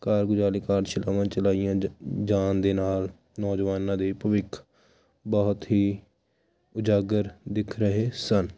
ਕਾਰਗੁਜ਼ਾਰੀ ਕਾਰਜਸ਼ਲਾਵਾਂ ਚਲਾਈਆਂ ਜਾਣ ਦੇ ਨਾਲ ਨੌਜਵਾਨਾਂ ਦੇ ਭਵਿੱਖ ਬਹੁਤ ਹੀ ਉਜਾਗਰ ਦਿਖ ਰਹੇ ਸਨ